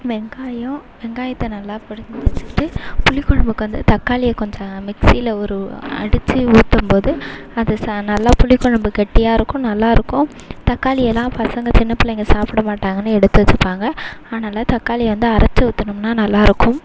வெங்காயம் வெங்காயத்தை நல்லா வச்சுக்கிட்டு புளிக்குழம்புக்கு வந்து தக்காளியை கொஞ்சம் மிக்ஸியில ஒரு அடிச்சு ஊற்றும்போது அது சா நல்லா புளிக்கொழம்பு கட்டியாக இருக்கும் நல்லாயிருக்கும் தக்காளி எல்லாம் பசங்க சின்ன பிள்ளைங்க சாப்பிட மாட்டாங்கன்னு எடுத்து வச்சுப்பாங்க அதனால் தக்காளியை வந்து அரைச்சு ஊற்றுனோம்னா நல்லாயிருக்கும்